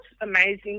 amazing